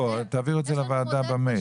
תעבירו את זה לוועדה במייל.